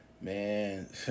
man